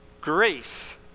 grace